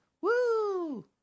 Woo